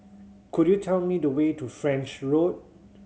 could you tell me the way to French Road